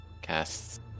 Casts